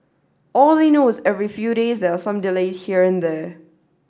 all they know is every few days there are some delays here and there